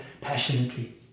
passionately